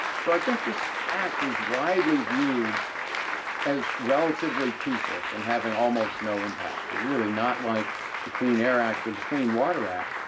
so i think this act was widely viewed as relatively toothless and having almost no impact, really not like the clean air act or the clean water act.